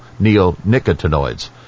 neonicotinoids